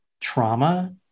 trauma